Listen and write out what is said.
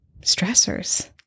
stressors